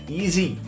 easy